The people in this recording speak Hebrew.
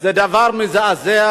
זה דבר מזעזע,